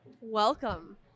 welcome